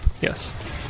yes